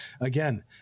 again